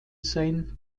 sein